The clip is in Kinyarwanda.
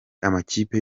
amakipe